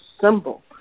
symbol